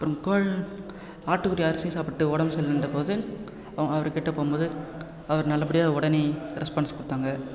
அப்புறம் கோழ் ஆட்டுக்குட்டி அரிசியாக சாப்பிடுட்டு உடம்பு சரியில்லைன்ற போது அவர் கிட்டே போகும்போது அவர் நல்லபடியாக உடனே ரெஸ்பான்ஸ் கொடுத்தாங்க